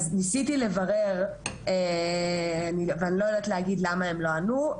אז ניסיתי לברר ואני באמת לא יודעת להגיד למה הם לא ענו.